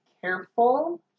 careful